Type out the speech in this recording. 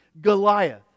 Goliath